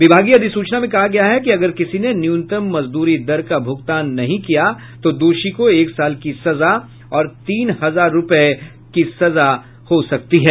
विभागीय अधिसूचना में कहा गया है कि अगर किसी ने न्यूनतम मजदूरी दर का भुगतान नहीं किया तो दोषी को एक साल की सजा और तीन हजार तक को जुर्माना की सजा हो सकती है